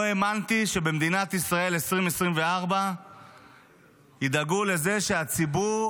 לא האמנתי שבמדינת ישראל 2024 ידאגו לזה שלציבור